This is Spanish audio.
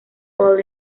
fall